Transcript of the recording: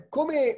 Come